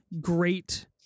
great